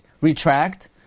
retract